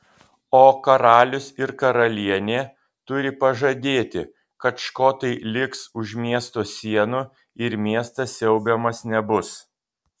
o karalius ir karalienė turi pažadėti kad škotai liks už miesto sienų ir miestas siaubiamas nebus